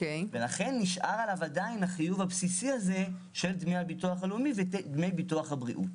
לכן נשאר עדיין החיוב הבסיסי של דמי הביטוח הלאומי ודמי ביטוח הבריאות.